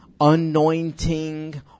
anointing